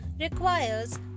requires